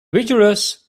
rigorous